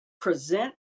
present